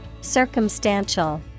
Circumstantial